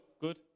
good